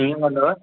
इअं कंदव